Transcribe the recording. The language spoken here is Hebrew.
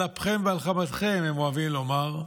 על אפכם ועל חמתכם, הם אוהבים לומר.